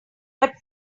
but